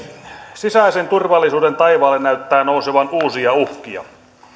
sisäisen turvallisuuden taivaalle näyttää nousevan uusia uhkia